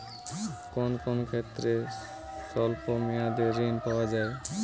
কোন কোন ক্ষেত্রে স্বল্প মেয়াদি ঋণ পাওয়া যায়?